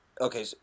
okay